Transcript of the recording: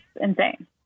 insane